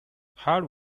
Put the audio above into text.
hard